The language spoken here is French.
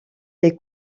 les